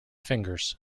fingers